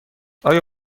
آیا